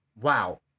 wow